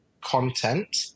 content